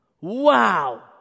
Wow